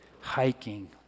hiking